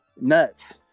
nuts